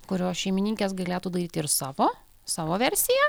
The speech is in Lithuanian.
kurios šeimininkės galėtų daryti ir savo savo versiją